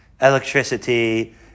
electricity